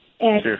Sure